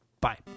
bye